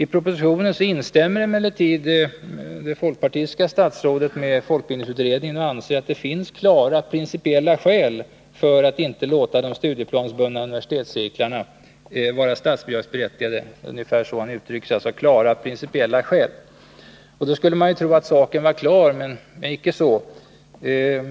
I propositionen instämmer emellertid det folkpartistiska statsrådet med folkbildningsutredningen och anser att det finns klara principiella skäl för att inte låta de studieplansbundna universitetscirklarna vara statsbidragsberättigade. Då skulle man ju tro att saken var klar. Men icke så.